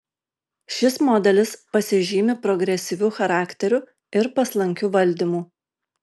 šis modelis pasižymi progresyviu charakteriu ir paslankiu valdymu